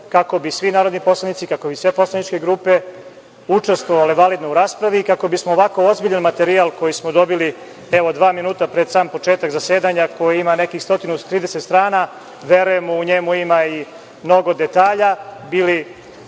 kako bi svi narodni poslanici, kako bi sve poslaničke grupe učestvovale validno u raspravi i kako bismo ovako ozbiljan materijal koji smo dobili, evo, dva minuta pred sam početak zasedanja, koji ima nekih 130 strana, verujem, u njemu ima i mnogo detalja, bili